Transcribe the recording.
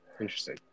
interesting